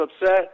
upset